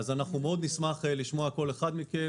אנחנו נשמח לשמוע כל אחד מכם.